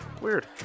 Weird